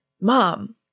Mom